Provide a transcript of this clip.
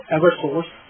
EverSource